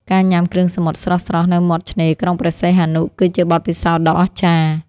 ការញ៉ាំគ្រឿងសមុទ្រស្រស់ៗនៅមាត់ឆ្នេរក្រុងព្រះសីហនុ គឺជាបទពិសោធន៍ដ៏អស្ចារ្យ។